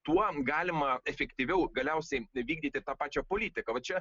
tuo galima efektyviau galiausiai vykdyti tą pačią politiką va čia